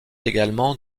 également